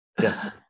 Yes